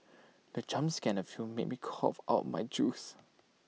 the jump scare in the film made me cough out my juice